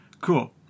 Cool